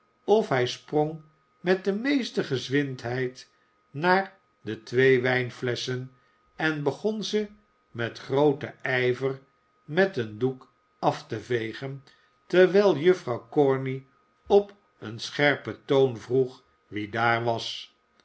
of hij sprong met i de meeste gezwindheid naar de twee wijnflesschen en begon ze met grooten ijver met een doek af te vegen terwijl jufi'rouw corney op een scherpen toon vroeg wie daar was